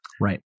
right